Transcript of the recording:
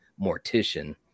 mortician